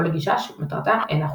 או לגישה שמטרתה אינה חוקית.